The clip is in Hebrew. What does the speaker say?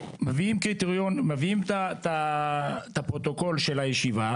מביאים את הפרוטוקול של הישיבה,